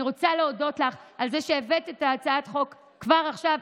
אני רוצה להודות לך על זה שהבאת את הצעת החוק כבר עכשיו,